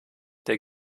der